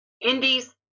Indies